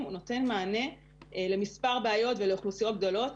נותן מענה למספר בעיות ולאוכלוסיות גדולות,